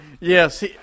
Yes